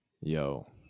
yo